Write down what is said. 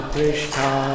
Krishna